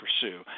pursue